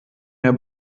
mehr